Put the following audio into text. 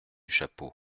chapeau